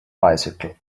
bicycle